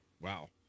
wow